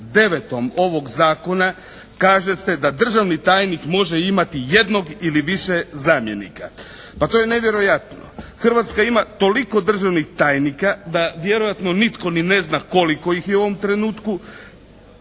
9. ovog zakona kaže se da državni tajnik može imati jednog ili više zamjenika. Pa to je nevjerojatno. Hrvatska ima toliko državnih tajnika da vjerojatno nitko ni ne zna koliko ih je u ovome trenutku.